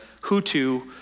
Hutu